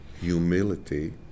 humility